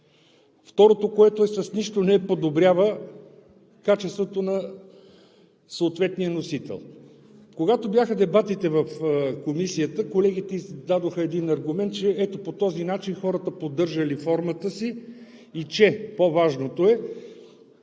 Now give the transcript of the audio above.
Второ, с нищо не подобрява качеството на съответния носител. Когато бяха дебатите в Комисията, колегите дадоха аргумент, че по този начин хората поддържали формата си. И по-важното е,